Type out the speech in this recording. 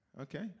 Okay